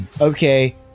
okay